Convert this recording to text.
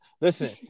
Listen